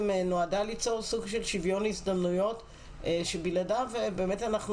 נועדה ליצור סוג של שוויון הזדמנויות שבלעדיו באמת אנחנו